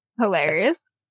Hilarious